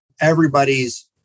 everybody's